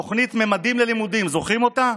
תוכנית ממדים ללימודים, זוכרים אותה?